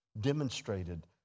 demonstrated